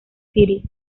city